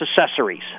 accessories